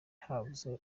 habuze